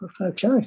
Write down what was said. okay